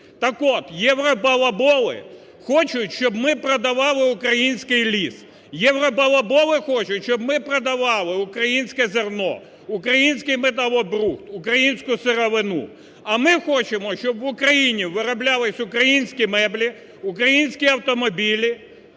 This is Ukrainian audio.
Так от, євробалаболи хочуть, щоб ми продавали український ліс. Євробалаболи хочуть, щоб ми продавали українське зерно, український металобрухт, українську сировину. А ми хочемо, щоб в Україні вироблялись українські меблі, українські автомобілі,